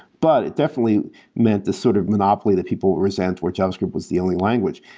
but it definitely meant this sort of monopoly that people resent, where javascript was the only language.